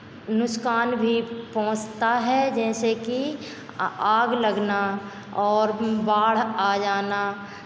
नुकसान भी पहुँचता है जैसे कि आग लगना और बाढ़ आ जाना